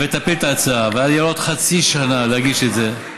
עוד אופציה,